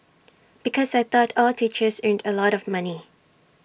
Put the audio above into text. because I thought all teachers earned A lot of money